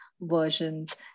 versions